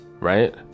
Right